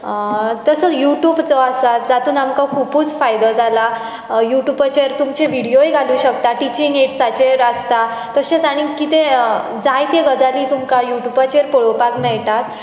तसो युट्युब जो आसा जातूंत आमकां खुबूच फायदो जाला युटुपाचेर तुमचे विडयोय घालूंक शकता टिचींग एड्साचेर आसता तशेंच आनीक कितें जायते गजाली तुमकां युटुबाचेर पळोवपाक मेळटात